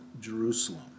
Jerusalem